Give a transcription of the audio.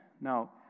Now